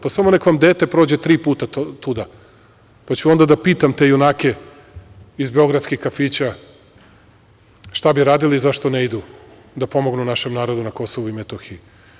Pa, samo neka vam dete prođe tri puta tuda, pa ću onda da pitam te junake iz beogradskih kafića šta bi radili i zašto ne idu da pomognu našem narodu na Kosovu i Metohiju.